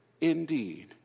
indeed